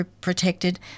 protected